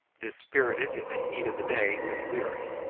dispirited in the heat of the day when weary.